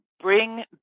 bring